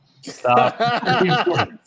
stop